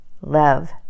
Love